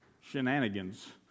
shenanigans